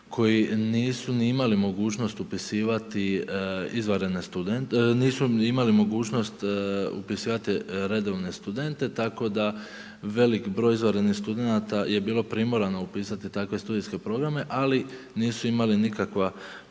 nisu ni imali mogućnost upisivati redovne studente tako da velik broj izvanrednih studenata je bilo primorano upisati takve studijske programe ali nisu imali nikakva prava